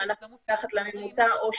אנחנו לא נחים על זרי הדפנה, כי אנחנו